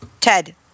Ted